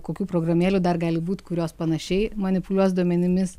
kokių programėlių dar gali būt kurios panašiai manipuliuos duomenimis